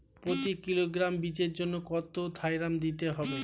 প্রতি কিলোগ্রাম বীজের জন্য কত থাইরাম দিতে হবে?